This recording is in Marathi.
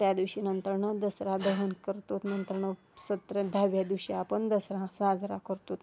त्या दिवशी नंतरनं दसरा दहन करतो नंतरनं सत्र दहाव्या दिवशी आपण दसरा साजरा करतो